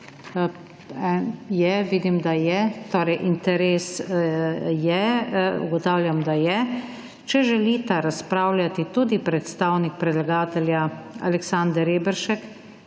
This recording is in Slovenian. Ja, vidim da je. Torej interes je. Ugotavljam, da je. Če želita razpravljati tudi predstavnik predlagatelja Aleksander Reberšek,